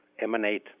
emanate